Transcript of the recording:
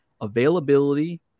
availability